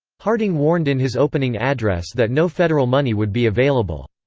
harding warned in his opening address that no federal money would be available.